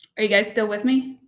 are you guys still with me?